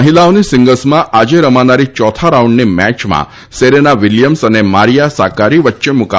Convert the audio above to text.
મહિલાઓની સીંગલ્સમાં આજે રમાનારી ચોથા રાઉન્ડની મેચમાં સેરેના વિલિયમ્સ અને મારીયા સાક્કારી વચ્ચે મુકાબલો થશે